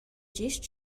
gest